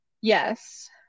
Yes